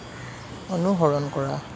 অনুসৰণ কৰা